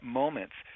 moments